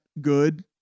good